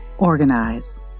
organize